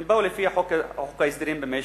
הם פעלו לפי חוק ההסדרים במשק,